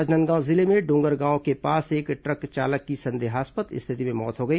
राजनांदगांव जिले में डोंगरगांव के पास एक ट्रक चालक की संदेहास्पद स्थिति में मौत हो गई